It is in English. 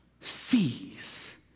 sees